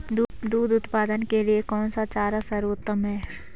दूध उत्पादन के लिए कौन सा चारा सर्वोत्तम है?